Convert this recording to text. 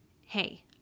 Hey